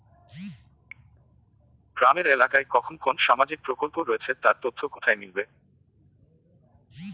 গ্রামের এলাকায় কখন কোন সামাজিক প্রকল্প রয়েছে তার তথ্য কোথায় মিলবে?